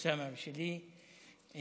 אוסאמה ושלי,